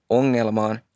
ongelmaan